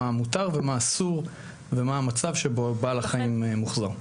מה מותר ומה אסור ומה המצב שבו בעל החיים מוחזר.